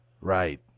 Right